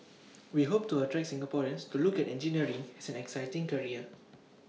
we hope to attract Singaporeans to look at engineering as an exciting career